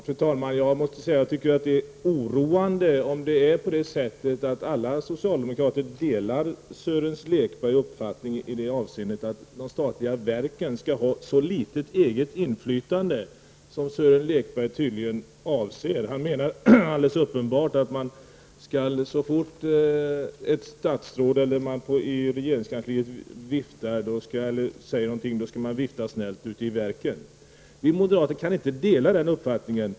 Fru talman! Det är oroande om alla socialdemokrater delar Sören Lekbergs uppfattning att de statliga verken skall ha så litet eget inflytande. Han menar uppenbarligen att så fort ett statsråd eller regeringskansliet säger något skall man vifta snällt ute på verken. Vi moderater kan inte dela den uppfattningen.